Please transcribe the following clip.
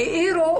והאירו,